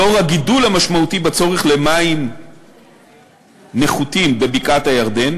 לאור הגידול המשמעותי בצורך למים נחותים בבקעת-הירדן,